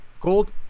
gold